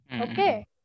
Okay